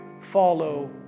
follow